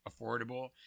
affordable